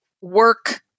Work